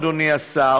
אדוני השר,